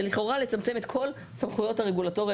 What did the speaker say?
לכאורה לצמצם את כל הסמכויות הרגולטוריות,